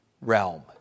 realm